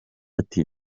ati